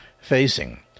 facing